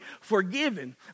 forgiven